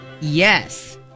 Yes